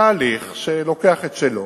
זה תהליך שלוקח את שלו.